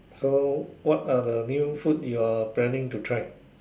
so what are the new food you are planning to try